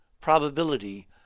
probability